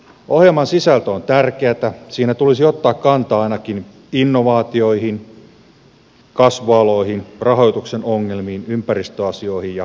ohjelman sisältö on tärkeä siinä tulisi ottaa kantaa ainakin innovaatioihin kasvualoihin rahoituksen ongelmiin ympäristöasioihin ja omistajaohjauksen rooliin